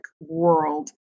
world